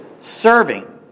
serving